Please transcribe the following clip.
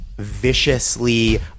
Viciously